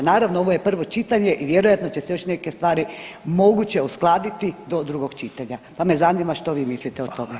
Naravno ovo je prvo čitanje i vjerojatno će se još neke stvari moguće uskladiti do drugog čitanja pa me zanima što vi mislite o tome.